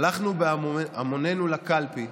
הלכנו בהמוננו לקלפי,